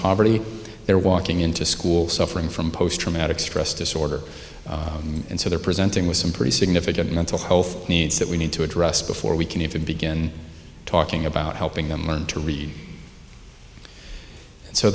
poverty they're walking into school suffering from post traumatic stress disorder and so they're presenting with some pretty significant mental health needs that we need to address before we can even begin talking about helping them learn to read